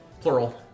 Plural